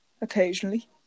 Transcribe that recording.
occasionally